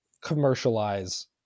commercialize